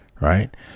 right